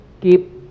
keep